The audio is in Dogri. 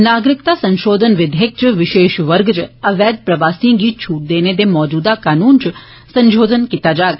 नागरिकता संशोधन विधेयक च विशेष वर्गे च अवैध प्रवासिण गी छट देने दे मजूदा कनून च संशोधन कीता जाग